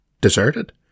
deserted